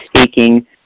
speaking